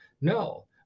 No